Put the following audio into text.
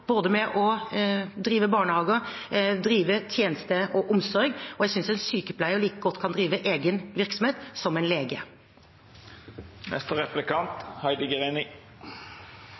både ved å drive barnehager og ved å drive omsorgstjenester. Jeg synes en sykepleier kan drive egen virksomhet like godt som en